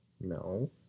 No